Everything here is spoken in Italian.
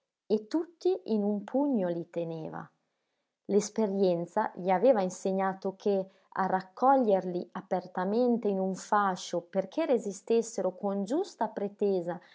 e tutti in un pugno li teneva l'esperienza gli aveva insegnato che a raccoglierli apertamente in un fascio perché resistessero con giusta pretesa